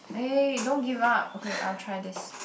eh don't give up okay I will try this